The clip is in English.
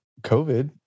covid